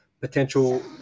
potential